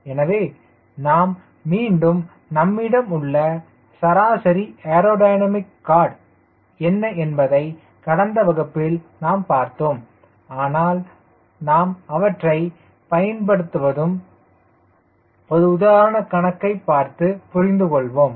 எனவே நாம் மீண்டும் நம்மிடம் உள்ள சராசரி ஏரோடைனமிக் கார்டு என்ன என்பதை கடந்த வகுப்பில் நாம் பார்த்தோம் ஆனால் நாம் அவற்றை பயன்படுத்தும் ஒரு உதாரணத்தை கணக்கை பார்த்து புரிந்து கொள்வோம்